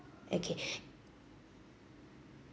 okay